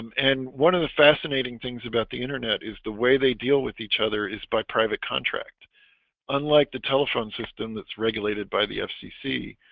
um and one of the fascinating things about the internet is the way they deal with each other is by private contract unlike the telephone system that's regulated by the fcc